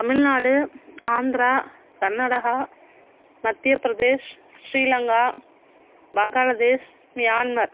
Tamil Nadu Andhra Karnataka Madhya Pradesh Sri Lanka Bangladesh Myanmar